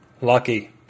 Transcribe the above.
Lucky